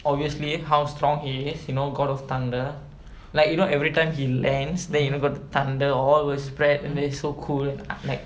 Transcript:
obviously how strong he is you know god of thunder like you know everytime he lands then even got thunder all will spread and then so cool like